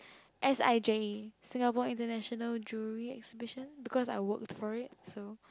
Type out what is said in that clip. S_I_J Singapore International Jury exhibition because I work for it so